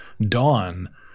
dawn